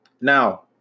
Now